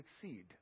succeed